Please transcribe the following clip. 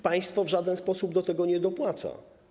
Państwo w żaden sposób do tego nie dopłaca.